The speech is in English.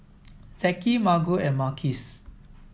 Zeke Margo and Marquise